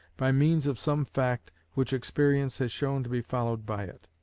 by means of some fact which experience has shown to be followed by it.